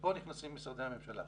פה נכנסים משרדי הממשלה.